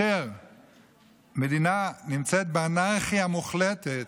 שכאשר מדינה נמצאת באנרכיה מוחלטת,